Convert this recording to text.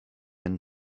and